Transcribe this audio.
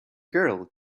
girl